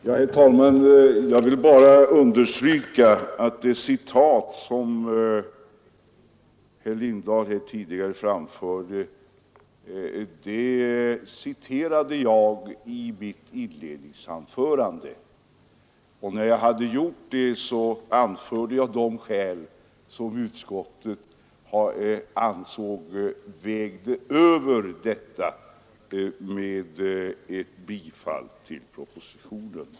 Herr talman! Jag vill bara påpeka att det avsnitt av utskottsmajoritetens skrivning som herr Lindahl läste upp citerade jag i mitt inledningsanförande, och när jag hade gjort det anförde jag de skäl som utskottsmajoriteten anser väger över för ett bifall till propositionen.